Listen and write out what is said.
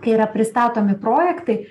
yra pristatomi projektai